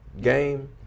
game